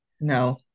no